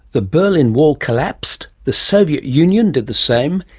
the berlin wall collapsed, the soviet union did the same,